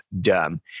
dumb